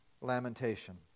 lamentation